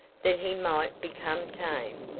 that he might become tame.